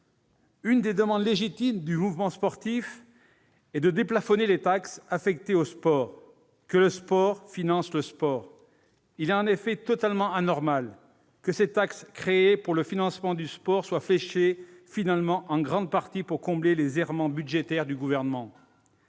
Une des demandes légitimes du mouvement sportif est de déplafonner les taxes affectées au sport. Que le sport finance le sport ! Il est en effet totalement anormal que ces taxes créées pour le financement du sport soient finalement fléchées en grande partie pour combler les erreurs budgétaires du Gouvernement.